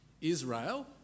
Israel